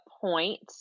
point